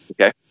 okay